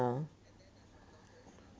uh